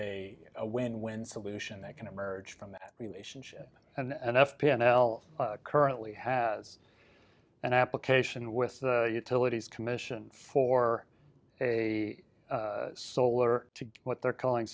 a win win solution that can emerge from that relationship and f p and l currently has an application with the utilities commission for a solar to what they're calling